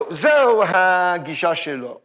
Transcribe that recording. ‫זהו הגישה שלו.